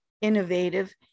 innovative